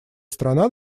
страна